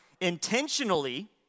intentionally